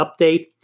update